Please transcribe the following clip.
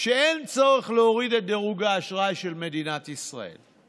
שאין צורך להוריד את דירוג האשראי של מדינת ישראל.